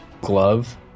glove